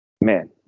man